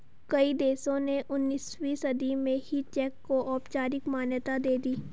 कई देशों ने उन्नीसवीं सदी में ही चेक को औपचारिक मान्यता दे दी